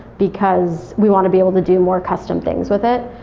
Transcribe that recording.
because we want to be able to do more custom things with it.